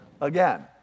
again